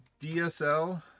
DSL